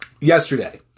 yesterday